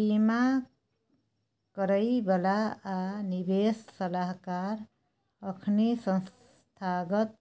बीमा करइ बला आ निवेश सलाहकार अखनी संस्थागत